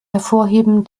hervorheben